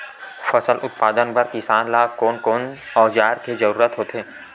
फसल उत्पादन बर किसान ला कोन कोन औजार के जरूरत होथे?